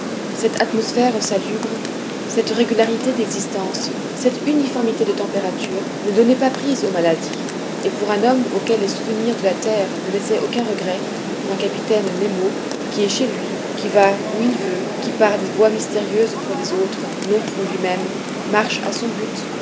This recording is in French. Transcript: cette atmosphère salubre cette régularité d'existence cette uniformité de température ne donnaient pas prise aux maladies et pour un homme auquel les souvenirs de la terre ne laissaient aucun regret pour un capitaine nemo qui est chez lui qui va où il veut qui par des voies mystérieuses pour les autres non pour lui-même marche à son but